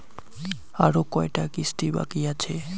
আরো কয়টা কিস্তি বাকি আছে?